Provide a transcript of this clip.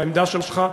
העמדה שלך,